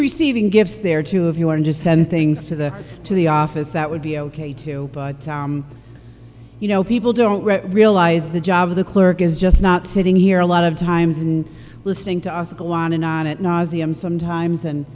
receiving gifts there too if you want to just send things to the to the office that would be ok too but you know people don't realize the job of the clerk is just not sitting here a lot of times and listening to us go on and on it nauseum sometimes and